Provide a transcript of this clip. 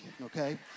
Okay